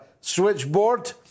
switchboard